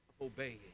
Obeying